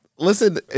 Listen